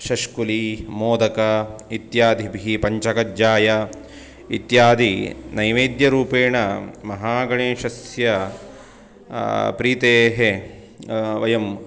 शष्कुली मोदकम् इत्यादिभिः पञ्चकज्जाय इत्यादि नैवेद्यरूपेण महागणेशस्य प्रीतेः वयं